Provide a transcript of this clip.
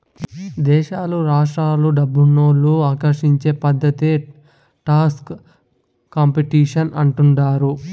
దేశాలు రాష్ట్రాలు డబ్బునోళ్ళు ఆకర్షించే పద్ధతే టాక్స్ కాంపిటీషన్ అంటుండారు